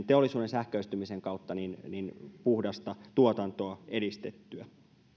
teollisuuden sähköistymisen kautta saataisiin puhdasta tuotantoa edistettyä